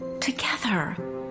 Together